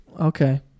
okay